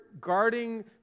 guarding